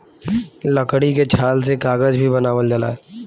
लकड़ी के छाल से कागज भी बनावल जाला